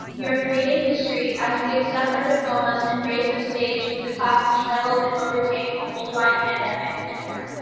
we are creating history as we accept our diplomas and grace this stage as the class that struggled and overcame a worldwide pandemic, and more.